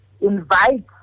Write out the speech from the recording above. invite